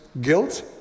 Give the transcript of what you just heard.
guilt